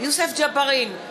יוסף ג'בארין,